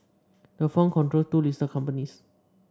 the firm controls two listed companies